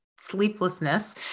sleeplessness